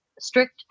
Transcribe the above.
strict